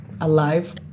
alive